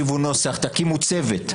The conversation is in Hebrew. תקימו צוות.